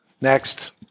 Next